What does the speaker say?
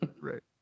Right